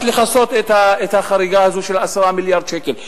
לכסות את החריגה הזאת של 10 מיליארד שקל,